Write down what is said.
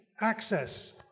access